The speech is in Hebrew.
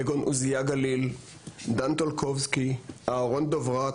כגון: עוזיה גליל, דן טולקובסקי, אהרון דוברת,